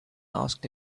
asked